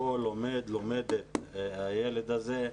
בו לומד הילד הזה.